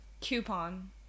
Coupon